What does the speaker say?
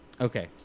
okay